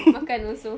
makan also